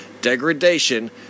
degradation